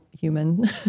human